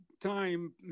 time